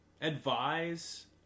advise